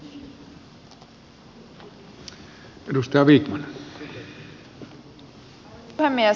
arvoisa puhemies